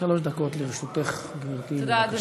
גברתי, בבקשה.